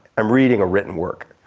i'm reading a written work.